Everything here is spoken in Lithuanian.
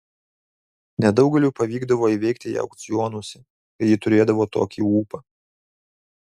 nedaugeliui pavykdavo įveikti ją aukcionuose kai ji turėdavo tokį ūpą